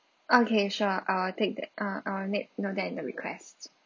okay sure uh take that uh uh make note that in the requests